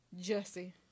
Jesse